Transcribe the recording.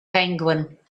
penguin